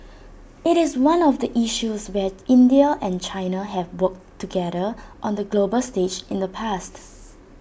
IT is one of the issues where India and China have worked together on the global stage in the past